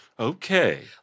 Okay